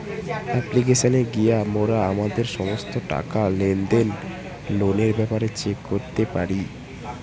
অ্যাপ্লিকেশানে গিয়া মোরা আমাদের সমস্ত টাকা, লেনদেন, লোনের ব্যাপারে চেক করতে পারি